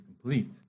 complete